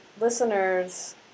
listeners